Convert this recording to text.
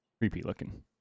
creepy-looking